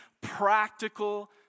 practical